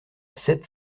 sept